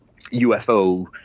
UFO